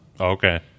Okay